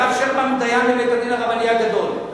הרב שרמן הוא דיין בבית-הדין הרבני הגדול.